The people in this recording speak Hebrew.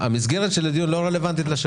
הולך להיות יום עיון בעניין הזה וגם